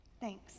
Thanks